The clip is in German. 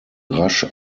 rasch